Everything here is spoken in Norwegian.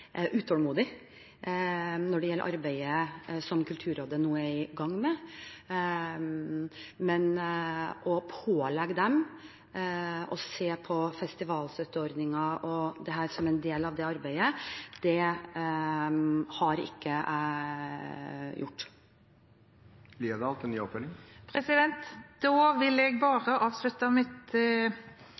når det gjelder arbeidet som Kulturrådet nå er i gang med, men å pålegge dem å se på festivalstøtteordningen og dette som en del av det arbeidet har jeg ikke gjort. Da vil jeg bare avslutte mitt spørsmål og mitt resonnement med at jeg